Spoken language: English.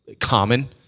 common